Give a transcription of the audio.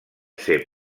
ser